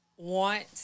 Want